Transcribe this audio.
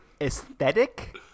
aesthetic